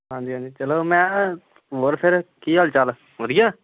ਹਾਂਜੀ ਹਾਂਜੀ ਚਲੋ ਮੈਂ ਹੋਰ ਫਿਰ ਕੀ ਹਾਲ ਚਾਲ ਵਧੀਆ